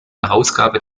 herausgabe